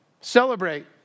Celebrate